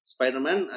Spider-Man